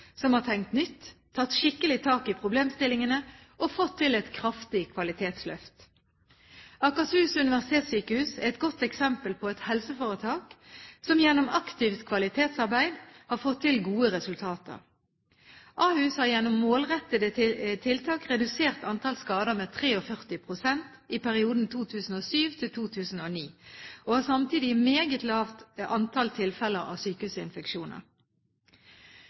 som har tenkt nytt, tatt skikkelig tak i problemstillingene og fått til et kraftig kvalitetsløft. Akershus universitetssykehus er et godt eksempel på et helseforetak som gjennom aktivt kvalitetsarbeid har fått til gode resultater. Ahus har gjennom målrettede tiltak redusert antall skader med 43 pst. i perioden 2007–2009, og har samtidig meget lavt antall tilfeller av sykehusinfeksjoner.